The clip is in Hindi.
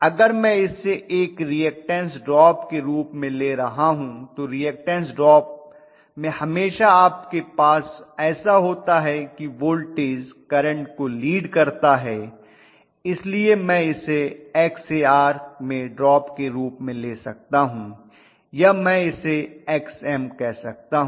अगर मैं इसे एक रीऐक्टन्स ड्रॉप के रूप में ले रहा हूं तो रीऐक्टन्स ड्रॉप में हमेशा आपके पास ऐसा होता है कि वोल्टेज करंट को लीड करता है इसलिए मैं इसे Xar में ड्रॉप के रूप में ले सकता हूं या मैं इसे Xm कह सकता हूँ